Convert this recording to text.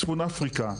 מצפון אפריקה,